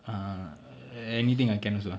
err anything ah can also uh